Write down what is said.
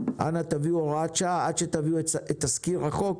אנא תביאו הוראת שעה עד שתביאו את תזכיר החוק,